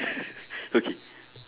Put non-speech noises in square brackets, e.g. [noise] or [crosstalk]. [laughs] okay